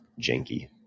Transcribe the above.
janky